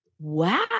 wow